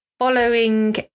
Following